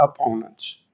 opponents